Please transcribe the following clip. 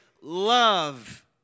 love